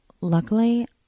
luckily